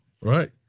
right